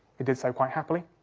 it did so quite happily,